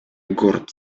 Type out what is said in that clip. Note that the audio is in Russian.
горд